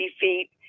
feet